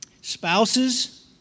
Spouses